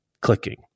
clicking